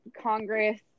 congress